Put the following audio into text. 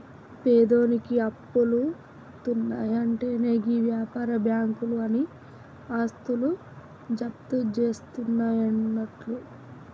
పేదోనికి అప్పులిత్తున్నయంటెనే గీ వ్యాపార బాకుంలు ఆని ఆస్తులు జప్తుజేస్తయన్నట్లు